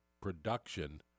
production